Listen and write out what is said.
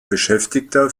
beschäftigter